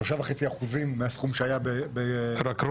3.5% מהסכום שהיה ביום התחילה --- רק,